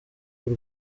y’u